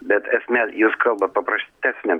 bet esmė jis kalba papraštesnėm